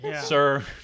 sir